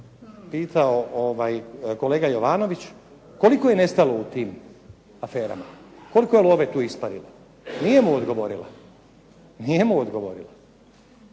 pitao kolega Jovanović koliko je nestalo u tim aferama, koliko je love tu isparilo. Nije mu odgovorila. To su milijarde,